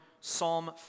Psalm